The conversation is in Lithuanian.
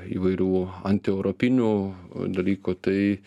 įvairių antieuropinių dalykų tai